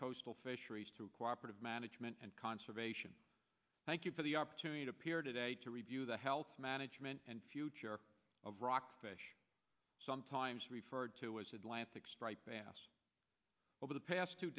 coastal fisheries to cooperate of management and conservation thank you for the opportunity to appear today to review the health management and future of rock fish sometimes referred to as atlantic striped bass over the past two